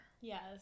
Yes